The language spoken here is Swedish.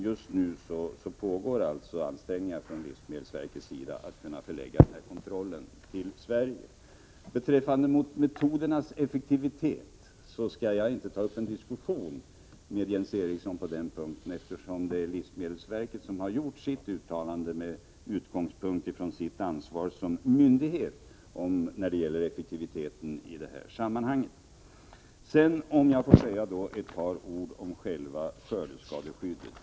Just nu pågår alltså ansträngningar på livsmedelsverket för att förlägga kontrollen till Sverige. Beträffande metodernas effektivitet skall jag inte ta upp en diskussion med Jens Eriksson på den punkten nu, eftersom livsmedelsverket uttalat sig med utgångspunkt i sitt ansvar som myndighet när det gäller effektiviteten i detta sammanhang. Låt mig säga ett par ord om själva skördeskadeskyddet.